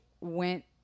went